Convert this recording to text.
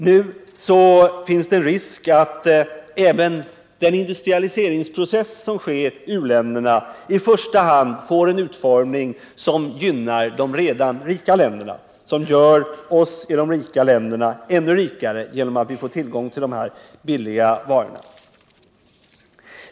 Nu finns det risk för att även den industrialiseringsprocess som sker i u-länderna i första hand får en utformning som gynnar de redan rika länderna, som gör oss i de rika länderna ännu rikare genom att vi får tillgång till de billigare varorna.